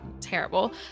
terrible